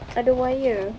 ada wire